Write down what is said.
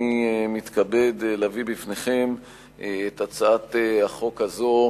אני מתכבד להביא בפניכם את הצעת החוק הזו,